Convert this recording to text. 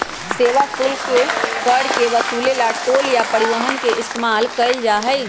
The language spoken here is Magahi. सेवा शुल्क कर के वसूले ला टोल या परिवहन के इस्तेमाल कइल जाहई